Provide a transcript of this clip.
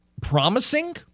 promising